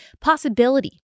possibility